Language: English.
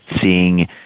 seeing